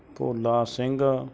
Bhola Singh